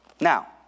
Now